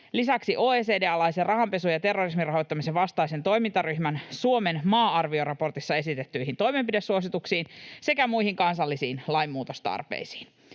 lisäksi OECD:n alaisen rahanpesun ja terrorismin rahoittamisen vastaisen toimintaryhmän Suomen maa-arvioraportissa esitettyihin toimenpidesuosituksiin sekä muihin kansallisiin lainmuutostarpeisiin.